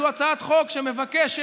זו הצעת חוק שמבקשת